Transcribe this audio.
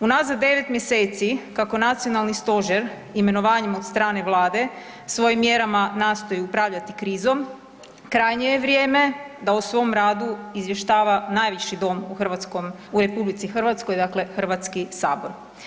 Unazad 9 mjeseci kako Nacionalni stožer imenovanjem od strane Vlade svojim mjerama nastoji upravljati krizom krajnje je vrijeme da o svom radu izvještava najviši Dom u Republici Hrvatskoj, dakle Hrvatski sabor.